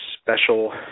special